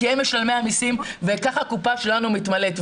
כי הם משלמי המיסים וככה הקופה שלנו מתמלאת.